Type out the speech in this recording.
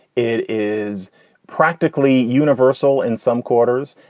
it is practically universal in some quarters.